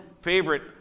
favorite